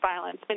violence